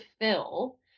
fill